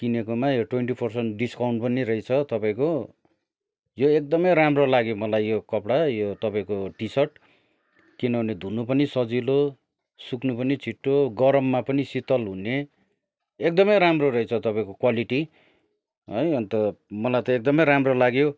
किनेकोमा यो twenty percent discount पनि रहेछ तपाईँको यो एकदमै राम्रो लाग्यो मलाई यो कपडा यो तपाईँको टिसर्ट किनभने धुनु पनि सजिलो सुक्नु पनि छिटो गरममा पनि शीतल हुने एकदमै राम्रो रहेछ तपाईँको क्वालिटी है अन्त मलाई त एकदमै राम्रो लाग्यो